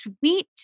sweet